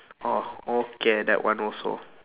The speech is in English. orh okay that one also